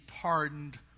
pardoned